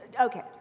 okay